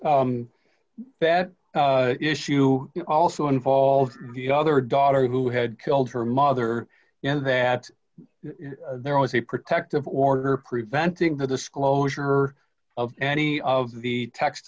that issue also involves the other daughter who had killed her mother and that there was a protective order preventing the disclosure of any of the text